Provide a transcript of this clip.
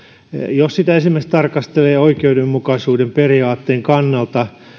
jos sitä esimerkiksi tarkastellaan oikeudenmukaisuuden periaatteen kannalta